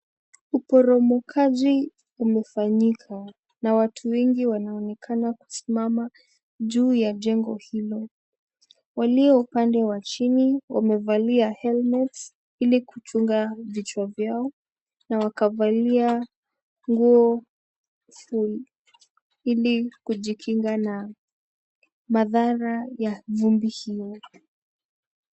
Uporomokaji umefanyika na watu wengi wanaonekana kusimama juu ya jengo hilo. Walio upande wa chini wamevalia helmets ili kuchunga vichwa vyao na wakavalia nguo full ili kujikinga na madhara ya vumbi hio.